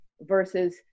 versus